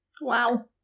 Wow